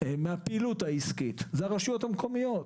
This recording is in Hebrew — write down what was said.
מן הפעילות העסקית זה הרשויות המקומיות.